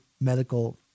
medical